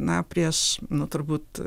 na prieš nu turbūt